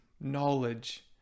knowledge